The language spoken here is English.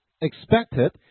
expected